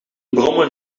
brommer